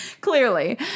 Clearly